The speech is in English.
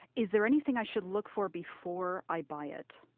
is there anything i should look for before i buy it?